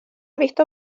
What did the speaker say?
visto